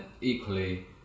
equally